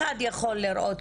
אחד יכול לראות,